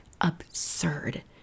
absurd